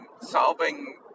solving